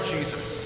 Jesus